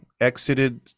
exited